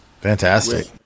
Fantastic